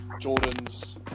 Jordan's